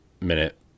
minute